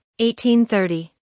1830